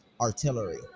artillery